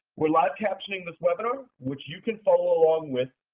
we're live-captioning this webinar, which you can follow along with.